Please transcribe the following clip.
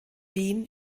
wien